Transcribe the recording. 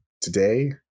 today